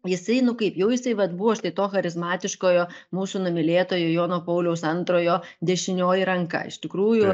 jisai nu kaip jau jisai vat buvo štai to charizmatiškojo mūsų numylėtojo jono pauliaus antrojo dešinioji ranka iš tikrųjų